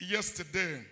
Yesterday